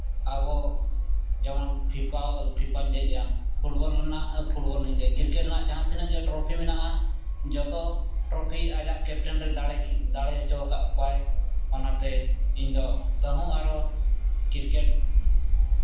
ᱟᱵᱚ ᱡᱮᱢᱚᱱ FIFA FIFA ᱞᱟᱹᱭᱮᱫᱼᱟ ᱯᱷᱩᱴᱵᱚᱞ ᱨᱮᱱᱟᱜ ᱯᱷᱩᱴᱵᱚᱞ ᱤᱧ ᱞᱟᱹᱭᱮᱫᱼᱟ ᱠᱨᱤᱠᱮᱴ ᱨᱮᱱᱟᱜ ᱡᱟᱦᱟᱸ ᱛᱤᱱᱟᱹᱜ ᱜᱮ ᱴᱨᱚᱯᱷᱤ ᱢᱮᱱᱟᱜᱼᱟ ᱡᱚᱛᱚ ᱴᱨᱚᱯᱷᱤ ᱟᱭᱟᱜ ᱠᱮᱯᱴᱮᱱ ᱨᱮ ᱫᱟᱲᱮ ᱦᱚᱪᱚ ᱟᱠᱟᱫ ᱠᱚᱣᱟᱭ ᱚᱱᱟᱛᱮ ᱤᱧᱫᱚ ᱛᱟᱹᱦᱩ ᱟᱨᱚ ᱠᱨᱤᱠᱮᱴ